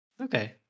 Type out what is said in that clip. Okay